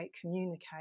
communicate